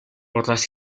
otras